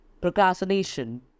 Procrastination